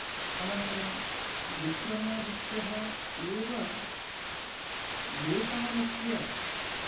अनन्तरं विक्रमादित्यः एव वेतालस्य